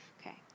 Okay